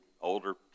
older